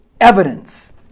evidence